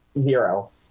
Zero